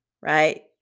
right